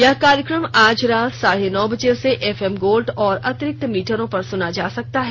यह कार्यक्रम आज रात साढे नौ बजे से एफएम गोल्ड और अतिरिक्त मीटरों पर सुना जा सकता है